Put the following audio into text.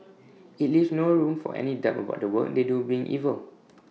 IT leaves no room for any doubt about the work they do being evil